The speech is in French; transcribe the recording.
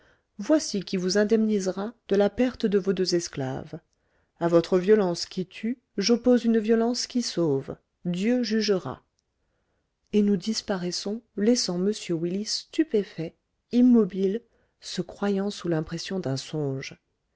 voici qui vous indemnisera de la perte de vos deux esclaves à votre violence qui tue j'oppose une violence qui sauve dieu jugera et nous disparaissons laissant m willis stupéfait immobile se croyant sous l'impression d'un songe